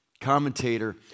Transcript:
commentator